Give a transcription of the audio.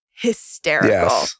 hysterical